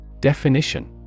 Definition